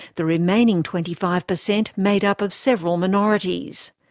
the remaining twenty five percent made up of several minorities.